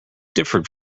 differed